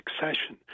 succession